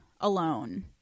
alone